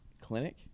clinic